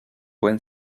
buen